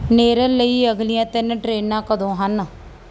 ਨੇਰਲ ਲਈ ਅਗਲੀਆਂ ਤਿੰਨ ਟ੍ਰੇਨਾਂ ਕਦੋਂ ਹਨ